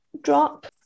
drop